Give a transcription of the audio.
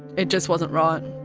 it just wasn't right.